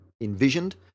envisioned